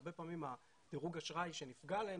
הרבה פעמים דירוג האשראי שנפגע להם,